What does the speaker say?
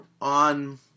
on